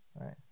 right